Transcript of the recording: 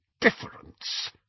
difference